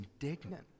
indignant